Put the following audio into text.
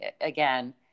again